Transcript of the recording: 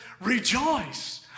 rejoice